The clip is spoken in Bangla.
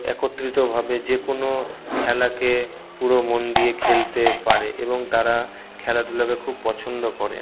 একত্রিতভাবে যে কোনো খেলাকে পুরো মন দিয়ে খেলতে পারে এবং তারা খেলাধুলাকে খুব পছন্দ করে